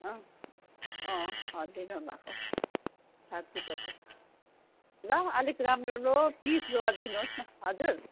अँ अँ हड्डी नभएको छातीपट्टि ल अलिक राम्रो राम्रो पिस गरिदिनुहोस् न हजुर